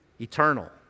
eternal